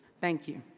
thank you.